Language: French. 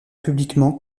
publiquement